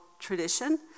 tradition